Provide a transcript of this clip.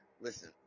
Listen